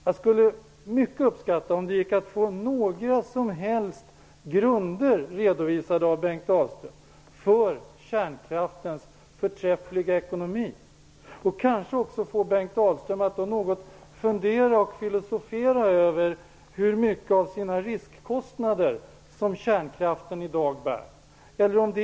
Jag skulle mycket uppskatta om det gick att få några som helst grunder redovisade av Bengt Dalström för kärnkraftens förträffliga ekonomi och kanske också få honom att något fundera och filosofera över hur mycket av sina riskkostnader som kärnkraften i dag bär.